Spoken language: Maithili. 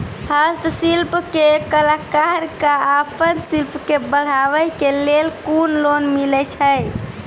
हस्तशिल्प के कलाकार कऽ आपन शिल्प के बढ़ावे के लेल कुन लोन मिलै छै?